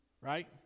right